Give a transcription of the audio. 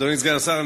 אדוני סגן השר,